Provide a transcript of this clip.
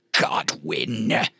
Godwin